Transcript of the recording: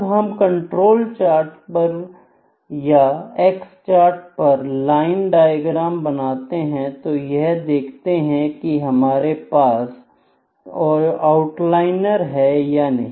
जब हम control chart पर या एक्स चार्ट पर लाइन डायग्राम बनाते हैं तो यह देखते हैं की क्या हमारे पास आउटलाइनर है या नहीं